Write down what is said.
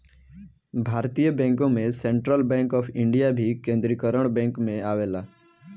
भारतीय बैंकों में सेंट्रल बैंक ऑफ इंडिया भी केन्द्रीकरण बैंक में आवेला